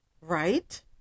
right